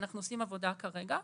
אנחנו עושים עבודה כרגע.